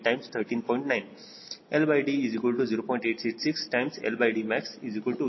9 ಆದ್ದರಿಂದ W3W2e 258